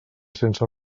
sense